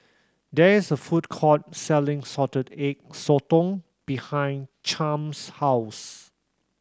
there is a food court selling Salted Egg Sotong behind Chaim's house